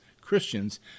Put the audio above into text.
Christians